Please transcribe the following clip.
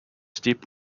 steep